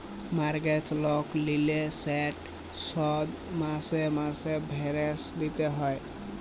mortgage লল লিলে সেট শধ মাসে মাসে ভ্যইরতে হ্যয়